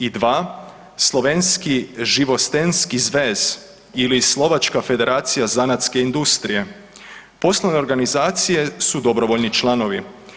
I 2. Slovenski žiovostenski zvez ili Slovačka federacija zanatske industrije, poslovne organizacije su dobrovoljni članovi.